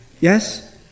Yes